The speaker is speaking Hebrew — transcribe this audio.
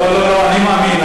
לא, אני מאמין.